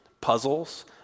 puzzles